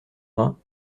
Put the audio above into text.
vingts